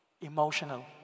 emotional